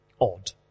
Odd